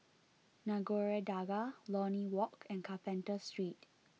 Nagore Dargah Lornie Walk and Carpenter Street